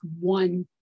one